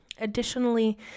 Additionally